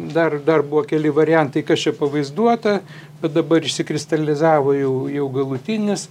dar dar buvo keli variantai kas čia pavaizduota bet dabar išsikristalizavo jau jau galutinis